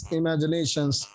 imaginations